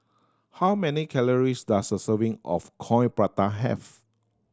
how many calories does a serving of Coin Prata have